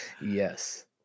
Yes